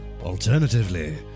Alternatively